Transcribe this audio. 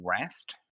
rest